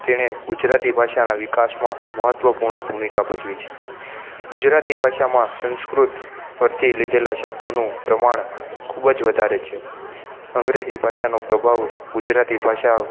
તેણે ગુજરાતી ભાષાના વિકાસમાં મહત્ત્વપૂર્ણ ભૂમિકા ભજવી છે ગુજરાતી ભાષામાં સંસ્કૃત પરથી લીધેલા શબ્દોનું પ્રમાણ ખૂબ જ વધારે છે અંગ્રેજી ભાષાનો પ્રભાવ ગુજરાતી ભાષા